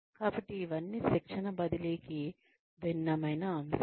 కాబట్టి ఇవన్నీ శిక్షణ బదిలీకి భిన్నమైన అంశాలు